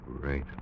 great